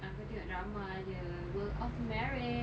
aku tengok drama jer the world of married